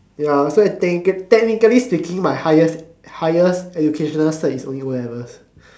ya so I thinking my technically speaking my highest highest educational cert is only O-levels